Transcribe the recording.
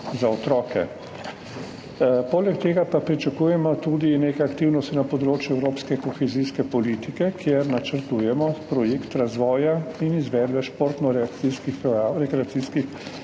za otroke. Poleg tega pa pričakujemo tudi neke aktivnosti na področju evropske kohezijske politike, kjer načrtujemo projekt razvoja in izvedbe športnorekreacijskih